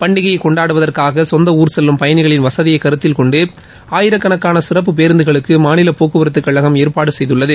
பண்டிகையை கொண்டாடுவதற்காக சொந்த ஊர் செல்லும் பயணிகளின் வசதியை கருத்தில் கொண்டு ஆயிரக்கணக்கான சிறப்பு பேருந்துகளுக்கு மாநில போக்குவரத்துக் கழகம் ஏற்பாடு செய்துள்ளது